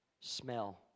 Smell